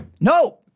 no